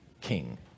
king